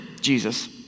Jesus